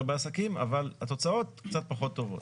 בעסקים אבל התוצאות קצת פחות טובות.